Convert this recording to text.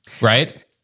right